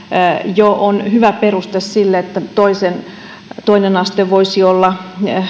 jo on hyvä peruste sille että toinen aste voisi olla